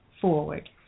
forward